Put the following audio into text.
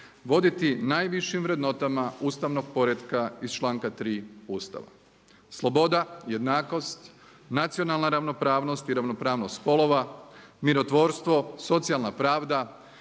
voditi najvišim vrednotama ustavnog poretka iz članka 3. Ustava – sloboda, jednakost, nacionalna ravnopravnost i ravnopravnost spolova, mirotvorstvo, socijalna pravda,